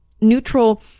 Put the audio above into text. neutral